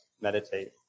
meditate